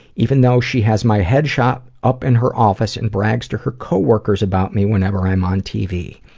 even though she has my headshot up in her office and brags to her coworkers about me whenever i'm on tv.